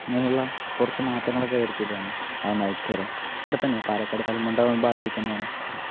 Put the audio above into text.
ഇങ്ങനെയുളള കുറച്ച് മാറ്റങ്ങളൊക്കെ വരുത്തിയിട്ടാണേ അത് ഒന്ന് അയച്ച് തരാം ഇവിടെത്തന്നെ പാലക്കാട് കൽമണ്ഡപം ഭാഗത്തേക്ക് തന്നെയാണ്